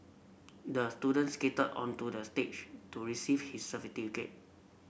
the student skated onto the stage to receive his